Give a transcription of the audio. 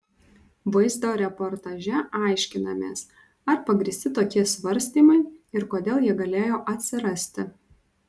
vaizdo reportaže aiškinamės ar pagrįsti tokie svarstymai ir kodėl jie galėjo atsirasti